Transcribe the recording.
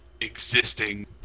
existing